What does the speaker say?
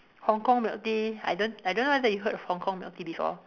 Hong-Kong milk tea I don't I don't know whether you heard of Hong-Kong milk tea before